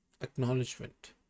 acknowledgement